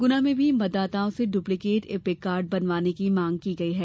गुना में भी मतदाताओं से ड्प्लीकेट ईपिक कार्ड बनवाने की मांग की गई है